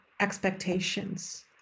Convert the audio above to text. expectations